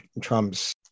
Trump's